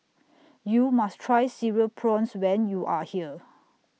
YOU must Try Cereal Prawns when YOU Are here